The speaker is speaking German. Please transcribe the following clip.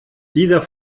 dieser